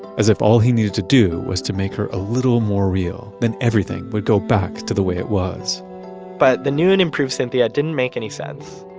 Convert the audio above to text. as if all he needed to do was to make her a little more real than everything would go back to the way it was but the new and improved cynthia didn't make any sense.